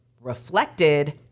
reflected